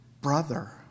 brother